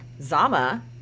Zama